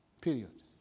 Period